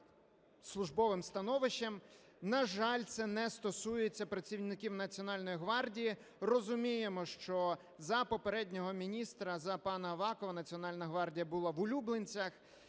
На жаль, це не стосується працівників Національної гвардії, розуміємо, що за попереднього міністра, за пана Авакова, Національна гвардія була в улюбленцях.